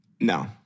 No